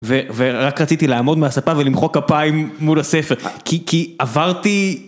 ורק רציתי לעמוד מהספה ולמחוא כפיים מול הספר, כי עברתי...